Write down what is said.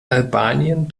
albanien